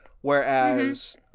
whereas